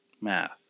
math